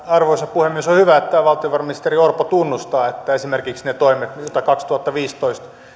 arvoisa puhemies on hyvä että valtiovarainministeri orpo tunnustaa että esimerkiksi ne toimet mitä kaksituhattaviisitoista